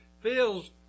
feels